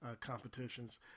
competitions